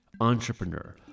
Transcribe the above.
entrepreneur